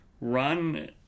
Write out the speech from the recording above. run